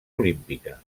olímpica